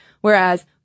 Whereas